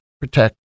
protect